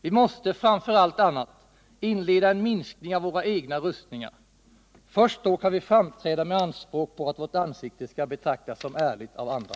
Vi måste, framför allt annat, inleda en minskning av våra egna rustningar. Först då kan vi framträda med anspråk på att vårt ansikte skall betraktas som ärligt av andra.